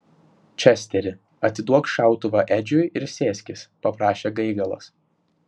česteri atiduok šautuvą edžiui ir sėskis paprašė gaigalas